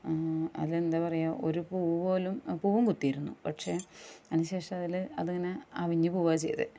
അത് എന്താ പറയുക ഒരു പൂ പോലും പൂ കുത്തിയിരുന്നു പക്ഷെ അതിന് ശേഷം അതില് അതിങ്ങനെ അവിഞ്ഞ് പോകുകയാണ് ചെയ്തത്